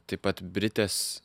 taip pat britės